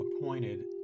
appointed